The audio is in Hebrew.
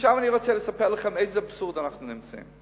עכשיו אני רוצה לספר לכם באיזה אבסורד אנחנו נמצאים.